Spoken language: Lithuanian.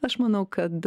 aš manau kad